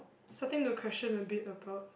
starting to question a bit about